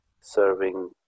serving